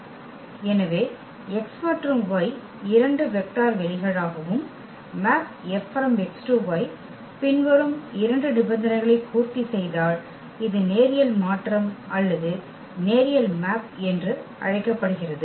எனவே X மற்றும் Y இரண்டு வெக்டர் வெளிகளாகவும் மேப் F X → Y பின்வரும் இரண்டு நிபந்தனைகளை பூர்த்தி செய்தால் இது நேரியல் மாற்றம் அல்லது நேரியல் மேப் என்று அழைக்கப்படுகிறது